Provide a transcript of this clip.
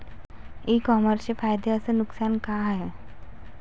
इ कामर्सचे फायदे अस नुकसान का हाये